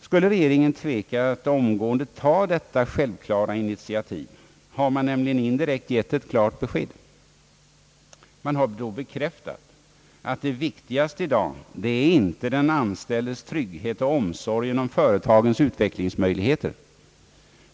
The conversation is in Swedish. Skulle regeringen tveka att omgående ta detta självklara initiativ, har den nämligen indirekt gett ett klart besked. Regeringen har då bekräftat att det viktigaste i dag inte är den anställdes trygghet och omsorgen om företagens utvecklingsmöjligheter.